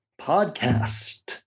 podcast